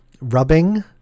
rubbing